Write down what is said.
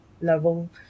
level